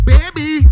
Baby